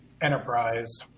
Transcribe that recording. Enterprise